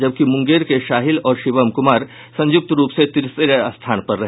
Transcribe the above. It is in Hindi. जबकि मुंगेर के शाहिल और शिवम कुमार संयुक्त रूप से तीसरे स्थान पर रहे